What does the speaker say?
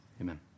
Amen